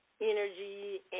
energy